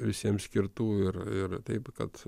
visiems skirtų ir ir taip kad